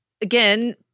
again